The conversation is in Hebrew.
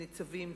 ניצבים,